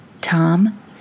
Tom